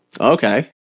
Okay